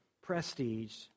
prestige